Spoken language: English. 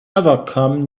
overcome